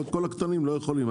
וכל הקטנים לא יכולים.